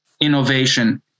innovation